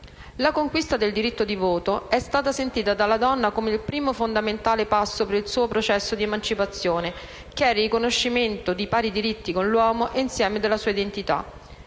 La conquista del diritto di voto è stata sentita dalla donna come il primo fondamentale passo per il suo processo di emancipazione, che è riconoscimento di pari diritti con l'uomo e insieme della sua identità.